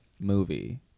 movie